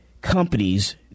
companies